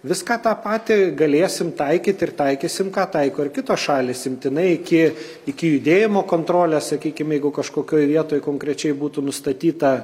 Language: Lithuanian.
viską tą patį galėsim taikyt ir taikysim ką taiko ir kitos šalys imtinai iki iki judėjimo kontrolės sakykim jeigu kažkokioj vietoj konkrečiai būtų nustatyta